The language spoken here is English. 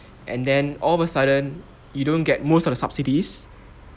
and then all of a sudden you don't get most of the subsidies